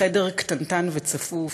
בחדר קטנטן וצפוף,